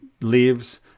leaves